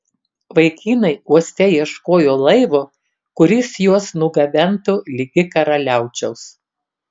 vaikinai uoste ieškojo laivo kuris juos nugabentų ligi karaliaučiaus